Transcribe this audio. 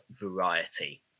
variety